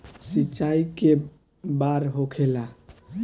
सिंचाई के बार होखेला?